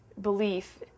belief